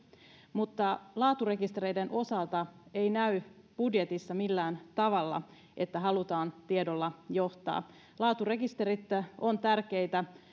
mutta laaturekistereiden osalta ei näy budjetissa millään tavalla että halutaan tiedolla johtaa laaturekisterit ovat tärkeitä